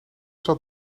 zat